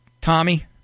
Tommy